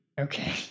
okay